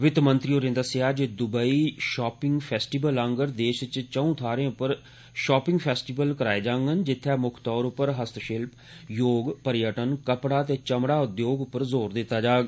वित मंत्री होरें दस्सेआ जे दुबई शापिंग फेस्टिवल आंडर देश च चौं थाह्रें पर शापिंग फेस्टिवल आयोजित कराए जांडन जित्थै मुक्ख तौर पर हस्तशिल्प योग पयर्टन कपड़ा ते चमड़ा उद्योग पर ज़ोर दित्ता जाग